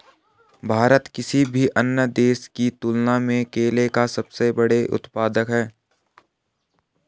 भारत किसी भी अन्य देश की तुलना में केले का सबसे बड़ा उत्पादक है